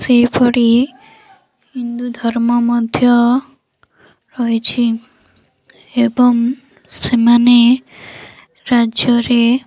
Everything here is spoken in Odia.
ସେହିପରି ହିନ୍ଦୁ ଧର୍ମ ମଧ୍ୟ ରହିଛି ଏବଂ ସେମାନେ ରାଜ୍ୟରେ